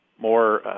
more